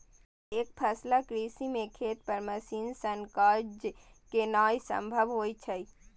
एकफसला कृषि मे खेत पर मशीन सं काज केनाय संभव होइ छै